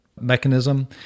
mechanism